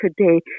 today